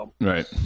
Right